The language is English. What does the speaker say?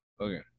Okay